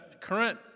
current